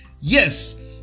Yes